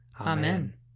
Amen